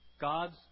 God's